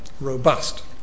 robust